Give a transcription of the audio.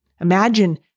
Imagine